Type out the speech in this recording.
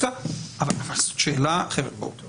אבל זאת כבר שאלה מהותית.